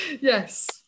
Yes